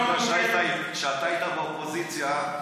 כשהיית באופוזיציה,